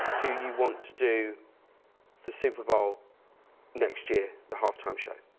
do you want to do the super bowl next year the half time show.